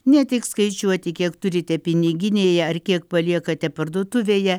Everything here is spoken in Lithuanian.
ne tik skaičiuoti kiek turite piniginėje ar kiek paliekate parduotuvėje